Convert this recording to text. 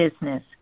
business